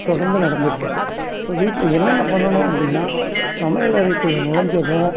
தொடர்ந்து நடந்துட்டிருக்கு இப்போ வீட்டில் என்னென்ன பண்ணணும் அப்படின்னா சமையலறைக்குள்ளே நொழைஞ்சதும்